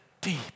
deep